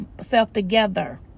self-together